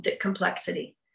complexity